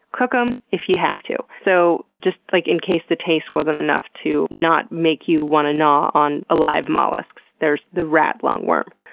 cook them if you have to. so like in case the taste wasn't enough to not make you want to gnaw on alive mollusks, there's the rat lungworm.